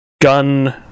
gun